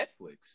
Netflix